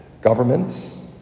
Governments